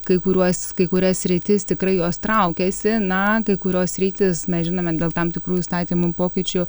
kai kuriuos kai kurias sritys tikrai jos traukiasi na kai kurios sritys mes žinome dėl tam tikrų įstatymų pokyčių